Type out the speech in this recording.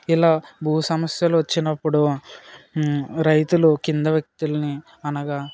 ఇలా భూ సమస్యలు వచ్చినప్పుడు రైతులు కింద వ్యక్తుల్ని అనగా